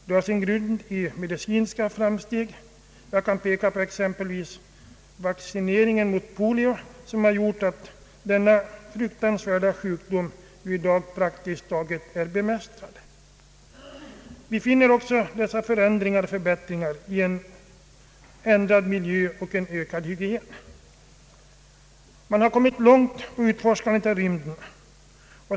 Det har sin grund i medicinska framsteg. Jag kan exempelvis peka på vaccineringen mot polio som gjort att denna fruktansvärda sjukdom i dag praktiskt taget är bemästrad. Vi finner också förändringar och förbättringar i en ändrad miljö och en ökad hygien. Man har kommit långt i utforskandet av rymden.